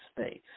space